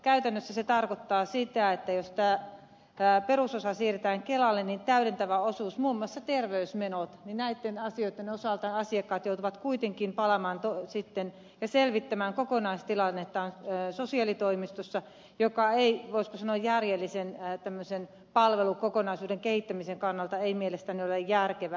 käytännössä se tarkoittaa sitä että jos perusosa siirrettään kelalle niin täydentävän osuuden muun muassa terveysmenojen osalta asiakkaat joutuvat kuitenkin selvittämään kokonaistilannettaan sosiaalitoimistossa mikä ei voisiko sanoa järjellisen palvelukokonaisuuden kehittämisen kannalta ole mielestäni järkevää